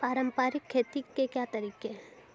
पारंपरिक खेती के तरीके क्या हैं?